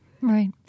Right